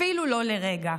אפילו לא לרגע.